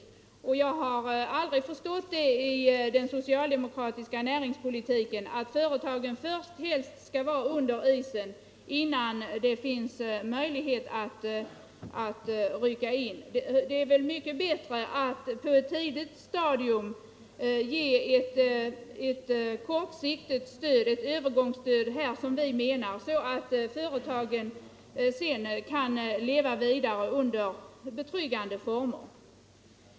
Jag har aldrig förstått det draget i den socialde = näringen mokratiska näringspolitiken som innebär att företagen helst skall vara under isen innan man anser sig ha möjlighet att rycka in. Det är väl mycket bättre att på ett tidigt stadium ge ett kortsiktigt stöd — ett övergångsstöd — som vi föreslår, så att företagen sedan kan leva vidare under betryggande former.